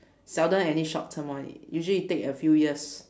seldom any short term one usually it take a few years